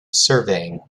surveying